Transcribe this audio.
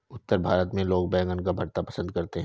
उत्तर भारत में लोग बैंगन का भरता पंसद करते हैं